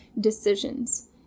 decisions